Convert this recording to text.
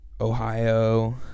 Ohio